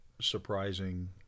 surprising